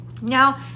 Now